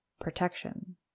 protection